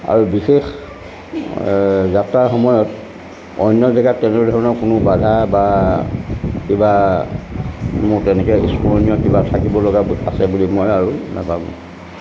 আৰু বিশেষ যাত্ৰাৰ সময়ত অন্য জেগাত তেনেধৰণৰ কোনো বাধা বা কিবা মোৰ তেনেকৈ স্মৰণীয় কিবা থাকিব লগা আছে বুলি মই আৰু নাভাবোঁ